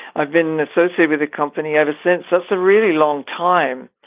i've been associated with the company ever since. that's a really long time.